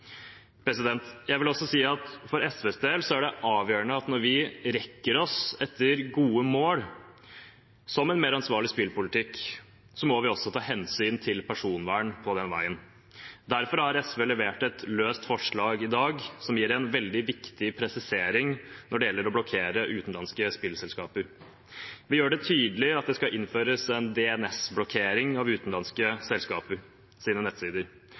Jeg vil også si at for SVs del er det avgjørende at når vi strekker oss etter gode mål som en mer ansvarlig spillpolitikk, må vi også ta hensyn til personvern. Derfor har SV levert et løst forslag i dag som gir en veldig viktig presisering når det gjelder å blokkere utenlandske spillselskaper. Vi gjør det tydelig at det skal innføres en DNS-blokkering av utenlandske selskapers nettsider.